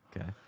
Okay